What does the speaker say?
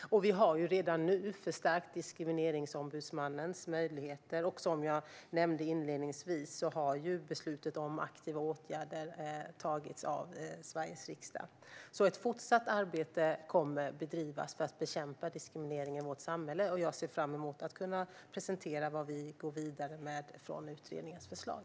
Vi har redan nu förstärkt Diskrimineringsombudsmannens möjligheter. Som jag nämnde inledningsvis har beslutet om aktiva åtgärder fattats av Sveriges riksdag. Arbetet kommer att fortsätta att bedrivas för att bekämpa diskrimineringen i vårt samhälle, och jag ser fram emot att kunna presentera vad vi går vidare med från utredningens förslag.